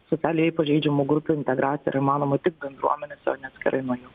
socialiai pažeidžiamų grupių integracija yra įmanoma tik bendruomenėse o ne atskirai nuo jų